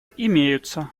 имеются